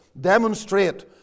demonstrate